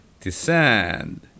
descend